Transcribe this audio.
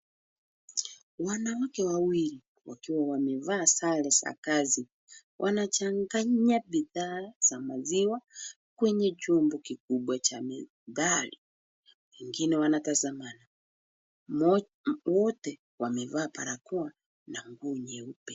Wanawake wawili wakiwa wamevaa sare za kazi wanachanganya bidhaa za maziwa kwenye chombo kikubwa cha metali wengine wanatazamana. Wote wamevaa barakoa na nguo nyeupe.